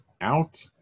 out